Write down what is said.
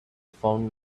found